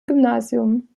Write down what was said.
gymnasium